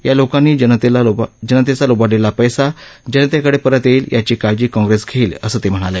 या लोकांनी जनतेचा लुबाडलेला पैसा जनतेकडे परत येईल याची काळजी काँग्रेस घेईल असं ते म्हणाले